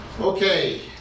Okay